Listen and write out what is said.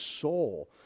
soul